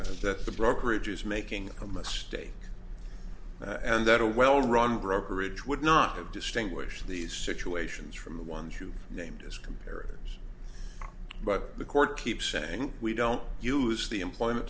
t that the brokerage is making a mistake and that a well run brokerage would not have distinguished these situations from the ones you named as comparatives but the court keeps saying we don't use the employment